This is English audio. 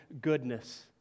goodness